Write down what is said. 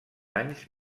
anys